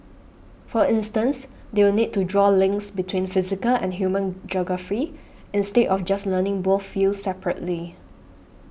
for instance they will need to draw links between physical and human geography instead of just learning both fields separately